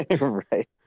Right